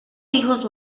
hijos